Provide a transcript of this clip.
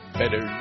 better